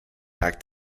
back